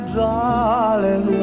darling